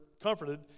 comforted